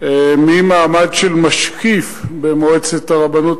ממעמד של משקיף במועצת הרבנות